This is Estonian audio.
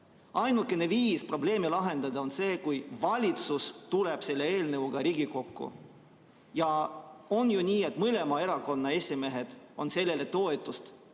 Ainukene viis probleem lahendada on see, kui valitsus tuleb selle eelnõuga Riigikokku. Ja on ju nii, et mõlema erakonna esimehed on sellele toetust